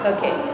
Okay